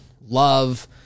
Love